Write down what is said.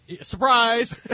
surprise